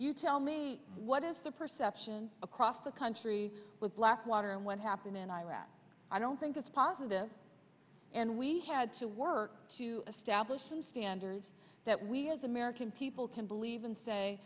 you tell me what is the perception across the country with blackwater and what happened in iraq i don't think it's positive and we had to work to establish standards that we as american people can believe and say